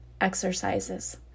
exercises